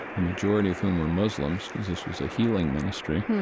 the majority of whom were muslims, because this was a healing ministry,